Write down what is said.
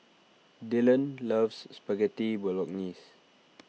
Dillan loves Spaghetti Bolognese